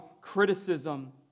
criticism